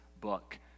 book